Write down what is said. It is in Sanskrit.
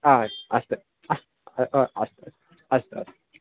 अस्तु अस्तु अस्तु अस्तु अस्तु अस्तु